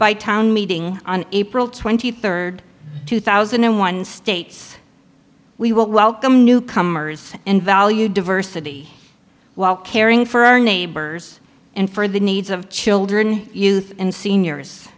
by town meeting on april twenty third two thousand and one states we will welcome newcomers and value diversity while caring for our neighbors and for the needs of children youth and seniors